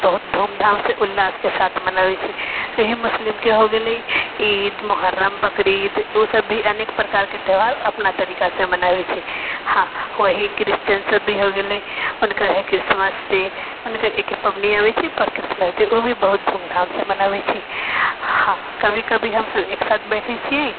बहुत धूमधामसँ उल्लासके साथ मनबै छै एहे मुसलिमके हो गेलै ईद मोहर्रम बकरीद ओसब भी अनेक प्रकारके त्योहार अपना तरीकासँ मनबै छै हँ वही क्रिश्चिअन सब भी हो गेलै हुनका हइ क्रिसमस डे हुनकर एके पबनी अबै छै क्रिसमस डे ओभी धूमधामसँ मनाबै छै हँ कभी कभी हमसब एकसाथ बैठै छिए